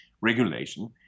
regulation